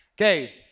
Okay